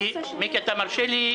מיקי, אתה מרשה לי?